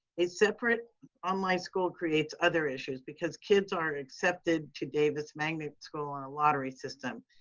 a separate online school creates other issues because kids are accepted to davis magnet school on a lottery system.